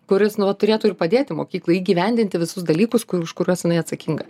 kuris nuolat turėtų ir padėti mokyklai įgyvendinti visus dalykus kurių už kuriuos jinai atsakinga